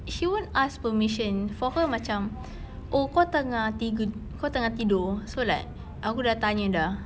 she won't ask permission for her macam oh kau tengah tidur kau tengah tidur so like aku sudah tanya sudah